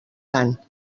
tant